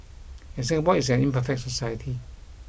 and Singapore is an imperfect society